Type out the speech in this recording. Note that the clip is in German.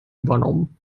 übernommen